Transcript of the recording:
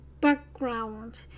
background